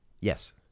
Yes